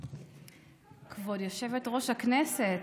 כבוד יושבת-ראש הכנסת,